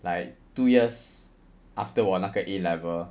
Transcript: like two years after 我那个 a level